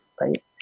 right